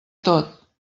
tot